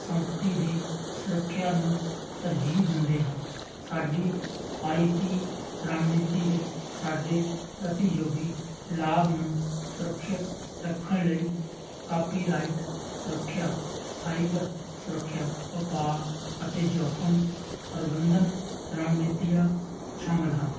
ਸੰਪਤੀ ਦੀ ਸੁਰੱਖਿਆ ਨੂੰ ਤਰਜੀਹ ਦਿੰਦੇ ਹਾਂ ਸਾਡੀ ਆਈ ਪੀ ਰਣਨੀਤੀ ਵਿੱਚ ਸਾਡੇ ਪ੍ਰਤੀਯੋਗੀ ਲਾਭ ਨੂੰ ਸੁਰੱਖਿਅਤ ਰੱਖਣ ਲਈ ਕਾਪੀਰਾਈਟ ਸੁਰੱਖਿਆ ਸਾਈਬਰ ਸੁਰੱਖਿਆ ਉਪਾਅ ਅਤੇ ਜੋਖਮ ਪ੍ਰਬੰਧਨ ਰਣਨੀਤੀਆਂ ਸ਼ਾਮਲ ਹਨ